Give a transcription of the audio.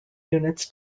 units